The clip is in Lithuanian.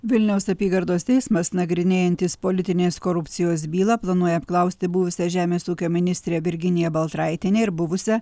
vilniaus apygardos teismas nagrinėjantis politinės korupcijos bylą planuoja apklausti buvusią žemės ūkio ministrę virginiją baltraitienę ir buvusią